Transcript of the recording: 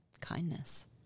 kindness